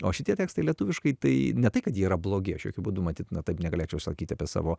o šitie tekstai lietuviškai tai ne tai kad jie yra blogi aš jokiu būdu matyt na taip negalėčiau sakyt apie savo